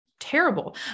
terrible